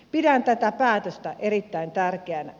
pidän tätä päätöstä erittäin tärkeänä